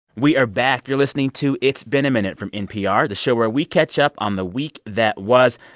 we are back. you're listening to it's been a minute from npr, the show where we catch up on the week that was.